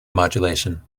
modulation